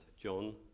John